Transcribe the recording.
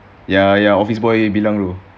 yang yang office boy bilang tu